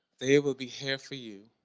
they will be here for you